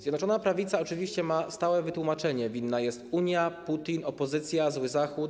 Zjednoczona Prawica oczywiście ma stałe wytłumaczenie: winni są Unia, Putin, opozycja, zły Zachód.